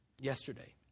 yesterday